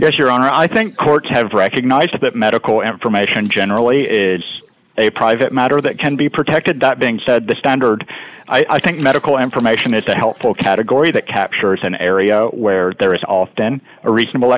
yes your honor i think courts have recognized that medical information generally is a private matter that can be protected that being said the standard i think medical information is a helpful category that captures an area where there is often a reasonable